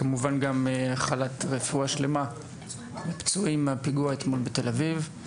כמובן אני גם מאחל רפואה שלמה לפצועים מהפיגוע אתמול בתל אביב.